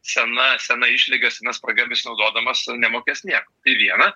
sena sena išlyga sena spraga besinaudodamas nemokės nieko tai viena